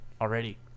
already